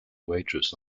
waitress